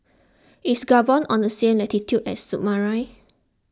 is Gabon on the same latitude as Suriname